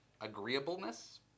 Agreeableness